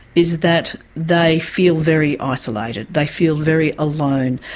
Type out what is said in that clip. is that they feel very isolated, they feel very alone,